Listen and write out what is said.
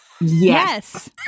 yes